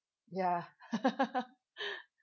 ya